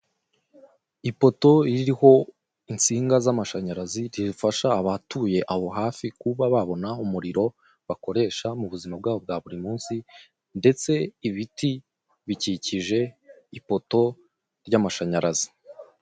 Ipoto ririho insiga z'amashanyarazi bifasha abatuye aho hafi kubona umuriro Bakoresha mu buzima bwabo bwa buri munsi ndetse ibiti bikikije ipoto ry'amashanyarazi.